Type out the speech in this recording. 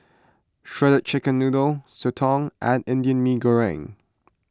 Shredded Chicken Noodles Soto and Indian Mee Goreng